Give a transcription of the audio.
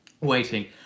Waiting